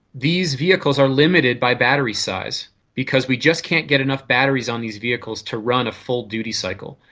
these vehicles are limited by battery size because we just can't get enough batteries on these vehicles to run a full duty cycle.